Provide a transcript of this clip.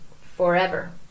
Forever